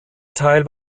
teil